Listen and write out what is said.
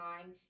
time